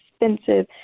expensive